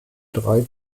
drei